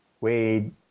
Wade